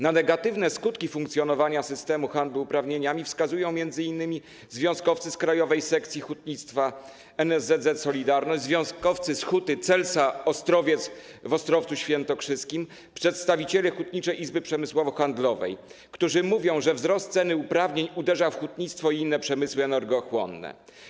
Na negatywne skutki funkcjonowania systemu handlu uprawnieniami wskazują m.in. związkowcy z Krajowej Sekcji Hutnictwa NSZZ „Solidarność”, związkowcy z huty Celsa Ostrowiec w Ostrowcu Świętokrzyskim, przedstawiciele Hutniczej Izby Przemysłowo-Handlowej, którzy mówią, że wzrost ceny uprawnień uderza w hutnictwo i inne przemysły energochłonne.